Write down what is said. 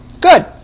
Good